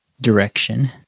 direction